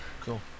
Cool